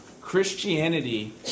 Christianity